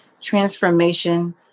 transformation